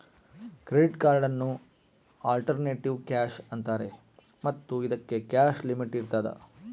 credit ಕಾರ್ಡನ್ನು alternative cash ಅಂತಾರೆ ಮತ್ತು ಇದಕ್ಕೆ ಕ್ಯಾಶ್ ಲಿಮಿಟ್ ಇರ್ತದ